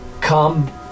come